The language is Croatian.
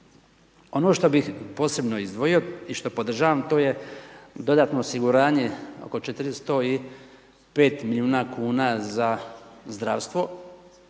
Ono što bih posebno izdvojio i što podržavam to je dodano osiguranje oko 405 milijuna kuna za zdravstvo,